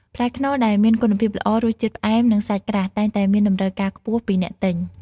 ផ្លែខ្នុរដែលមានគុណភាពល្អ រសជាតិផ្អែម និងសាច់ក្រាស់ តែងតែមានតម្រូវការខ្ពស់ពីអ្នកទិញ។